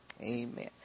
Amen